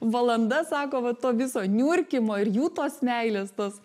valanda sako va to viso niurkimo ir jų tos meilės tos